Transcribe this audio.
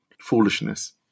foolishness